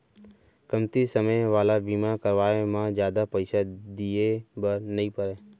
कमती समे वाला बीमा करवाय म जादा पइसा दिए बर नइ परय